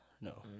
No